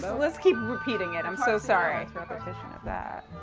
so let's keep repeating it, i'm so sorry. that's repetition of that.